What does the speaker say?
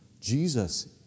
Jesus